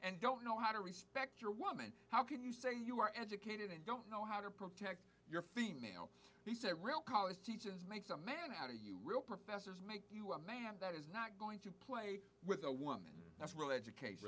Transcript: and don't know how to respect your woman how can you say you are educated and don't know how to protect your female he's a real college teachers makes a man out to you real professors make you a man that is not going to play with a woman that's really education